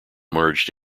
merged